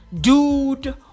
Dude